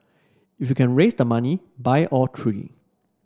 if you can raise the money buy all trees